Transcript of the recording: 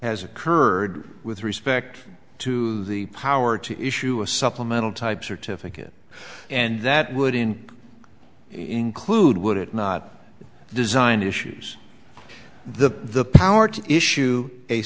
has occurred with respect to the power to issue a supplemental type certificate and that would in include would it not design issues the power to issue a